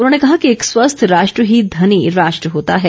उन्होंने कहा कि एक स्वस्थ राष्ट्र ही धनी राष्ट्र होता है